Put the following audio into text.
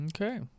Okay